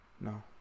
No